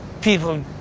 people